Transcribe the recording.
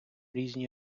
різні